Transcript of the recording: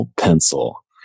pencil